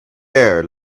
air